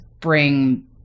bring